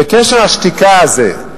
קשר השתיקה הזה,